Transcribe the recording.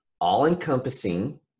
all-encompassing